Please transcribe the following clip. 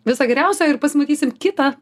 viso geriausio ir pasimatysim kitą